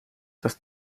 dass